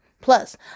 Plus